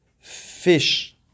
fish